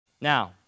Now